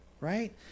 right